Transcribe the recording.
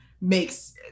makes